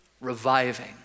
reviving